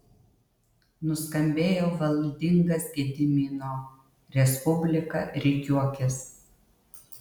nuskambėjo valdingas gedimino respublika rikiuokis